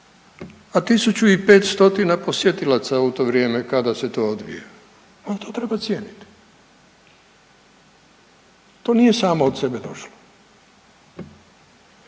a 1500 posjetilaca u to vrijeme kada se to odvija, a to treba cijeniti, to nije samo od sebe došlo.